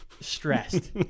stressed